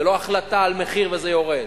זה לא החלטה על מחיר וזה יורד.